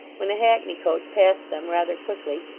when a hackney-coach passed them rather quickly,